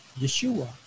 Yeshua